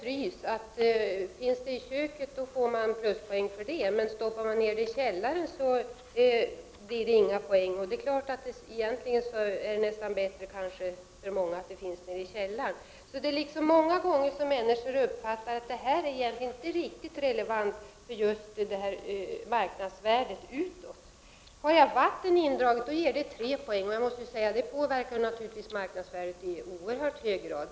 Finns det frys i köket får man pluspoäng, men ställer man ner den i källaren blir det inga poäng. För många är det egentligen bättre att den finns nere i källaren. Människor uppfattar alltså många gånger att detta egentligen inte är riktigt relevant för marknadsvärdet. Har jag vatten indraget ger det tre poäng. Jag måste säga att det naturligtvis påverkar marknadsvärdet i oerhört hög grad.